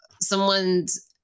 someone's